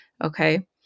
Okay